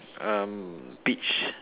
um peach